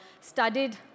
studied